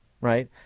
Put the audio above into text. Right